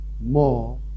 more